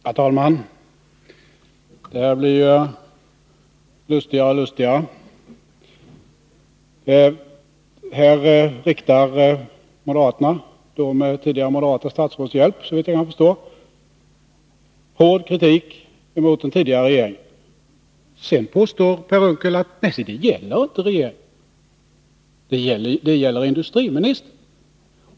Herr talman! Det här blir lustigare och lustigare. Här riktar moderaterna — såvitt jag kan förstå med tidigare moderata statsråds hjälp — hård kritik mot den tidigare regeringen. Sedan påstår Per Unckel att den inte gäller regeringen utan industriministern.